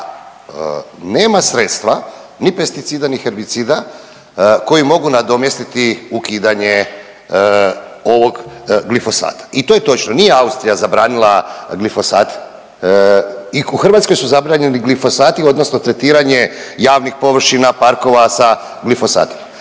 nema sredstva, ni pesticida, ni herbicida koji mogu nadomjestiti ukidanje ovog glifosata. I to je točno. Nije Austrija zabranila glifosat. I u Hrvatskoj su zabranjeni glifosati odnosno tretiranje javnih površina, parkova sa glifosatima.